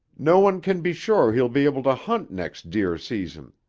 no one can be sure he'll be able to hunt next deer season.